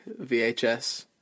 VHS